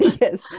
yes